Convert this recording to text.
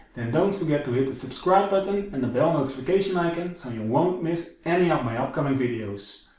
then don't forget to hit the subscribe button and the bell notification icon so you won't miss any of my upcoming videos.